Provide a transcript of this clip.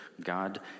God